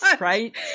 right